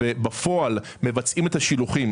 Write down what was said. ובפועל מבצעים את השילוחים.